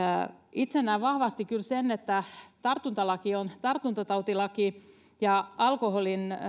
itse näen vahvasti kyllä sen että tartuntalaki on tartuntatautilaki ja alkoholin